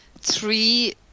three